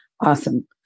awesome